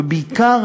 ובעיקר